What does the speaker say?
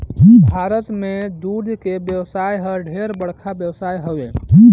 भारत में दूद के बेवसाय हर ढेरे बड़खा बेवसाय हवे